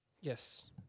Yes